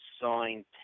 signed